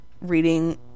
reading